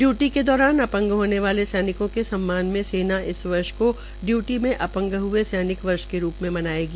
duty के दौरान अपंग होने वाले सैनिकों के सम्मान में सेना इस वर्ष को डयूटी में अपंग हये सैनिक वर्ष के रूप में मनायेगी